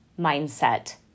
mindset